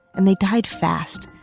and they died fast,